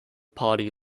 party